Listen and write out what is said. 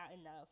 enough